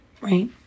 right